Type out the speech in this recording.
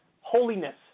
holiness